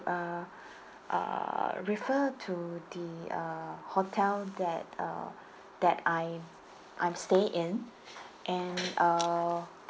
uh uh refer to the uh hotel that uh that I I'm staying in and uh